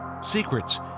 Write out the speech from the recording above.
secrets